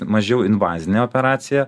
mažiau invazinė operacija